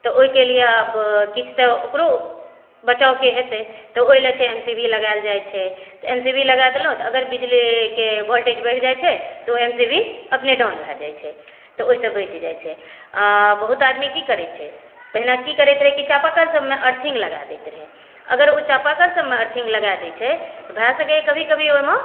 तऽ ओहिके लिय आब किछु तऽ ओकरो बचावके हेतै तऽ ओहि लए छै एम सी वी लगायल जाइ छै एम सी वी लगा देलहुँ अगर बिजलीक वोल्टेज बढि जाइ छै तऽ ओ एम सी वी अपने डाउन भए जाइ छै तऽ ओहिसॅं बचि जाइ छै आ बहुत आदमी कि करै छै पहिने की करैत रहै की चापा कलसभमे अरथिंग लगा दैत रहय अगर ओ चापा कलसभमे अरथिंग लगा दै छै भए सकैया कभी कभी ओहिमे